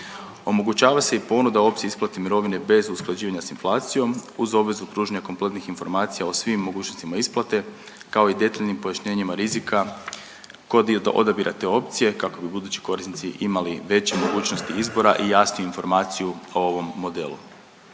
Omogućava se i ponuda opće isplate mirovine bez usklađivanja s inflacijom uz obvezu pružanja kompletnih informacija o svim mogućnostima isplate, kao i detaljnim pojašnjenjima rizika kod odabira te opcije kako bi budući korisnici imali veće mogućnosti izbora i jasniju informaciju o ovom modelu.